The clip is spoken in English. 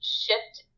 shift